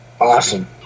awesome